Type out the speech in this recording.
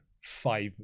five